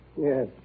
Yes